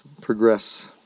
progress